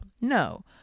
No